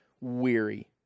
weary